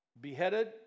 beheaded